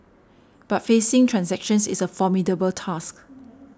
but facing transactions is a formidable task